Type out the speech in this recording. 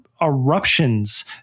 Eruptions